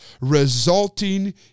resulting